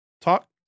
talk